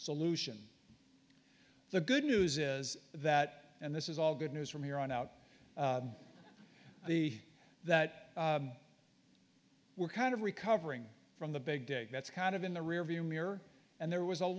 solution the good news is that and this is all good news from here on out the that we're kind of recovering from the big dig that's kind of in the rearview mirror and there was a